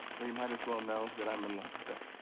well you might as well know that i'm in love with her.